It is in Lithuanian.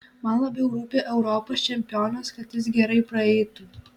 man labiau rūpi europos čempionas kad jis gerai praeitų